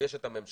ויש את הממשלה.